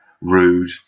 rude